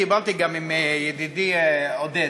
דיברתי גם עם ידידי עודד.